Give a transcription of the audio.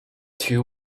two